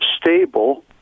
stable